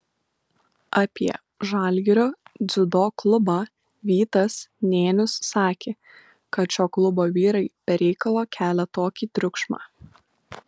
apie žalgirio dziudo klubą vytas nėnius sakė kad šio klubo vyrai be reikalo kelia tokį triukšmą